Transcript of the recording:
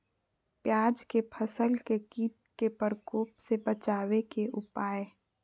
प्याज के फसल के कीट के प्रकोप से बचावे के उपाय?